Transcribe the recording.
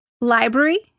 library